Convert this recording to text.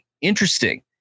Interesting